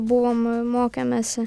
universitete buvom mokėmėsę